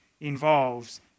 involves